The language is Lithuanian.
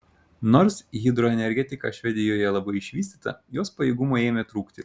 nors hidroenergetika švedijoje labai išvystyta jos pajėgumų ėmė trūkti